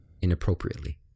inappropriately